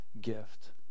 gift